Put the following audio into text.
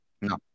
No